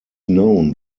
known